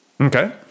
Okay